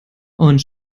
und